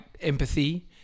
empathy